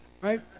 right